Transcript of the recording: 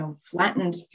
flattened